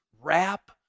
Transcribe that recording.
wrap